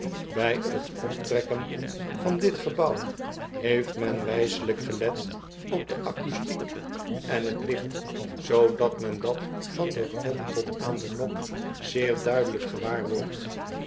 bij t optrekken van dit gebouw heeft men wh'selijk gelet op de acoustiek en t licht zoodat men dat van den grond tot aan den nok zeer duidelijk gewaar wordt